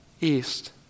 east